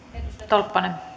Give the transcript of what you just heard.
rouva